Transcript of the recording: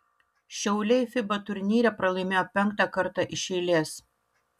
šiauliai fiba turnyre pralaimėjo penktą kartą iš eilės